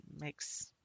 makes